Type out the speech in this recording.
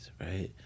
right